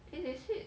and they said